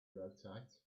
rotate